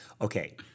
okay